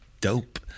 dope